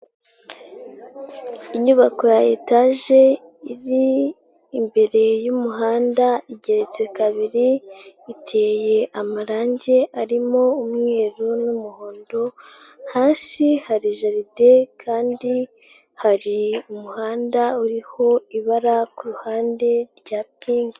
Inyubako ya etaje, iri imbere y'umuhanda, igeretse kabiri iteye amarangi, arimo umweru n'umuhondo, hasi hari jaride kandi hari umuhanda uriho ibara ku ruhande rya pinki.